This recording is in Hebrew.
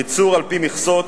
ייצור על-פי מכסות,